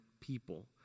people